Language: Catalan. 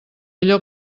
allò